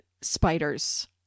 spiders